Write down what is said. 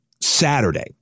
Saturday